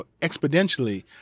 exponentially